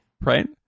right